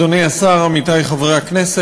תודה לך, אדוני השר, עמיתי חברי הכנסת,